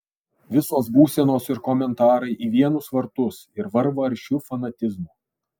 visos būsenos ir komentarai į vienus vartus ir varva aršiu fanatizmu